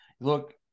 Look